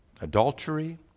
adultery